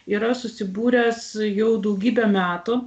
yra susibūręs jau daugybę metų